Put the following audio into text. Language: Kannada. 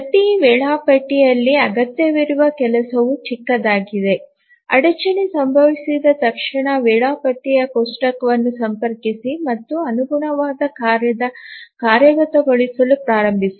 ಪ್ರತಿ ವೇಳಾಪಟ್ಟಿಯಲ್ಲಿ ಅಗತ್ಯವಿರುವ ಕೆಲಸವು ಚಿಕ್ಕದಾಗಿದೆ ಅಡಚಣೆ ಸಂಭವಿಸಿದ ತಕ್ಷಣ ವೇಳಾಪಟ್ಟಿ ಕೋಷ್ಟಕವನ್ನು ಸಂಪರ್ಕಿಸಿ ಮತ್ತು ಅನುಗುಣವಾದ ಕಾರ್ಯದ ಕಾರ್ಯಗತಗೊಳಿಸಲು ಪ್ರಾರಂಭಿಸಿ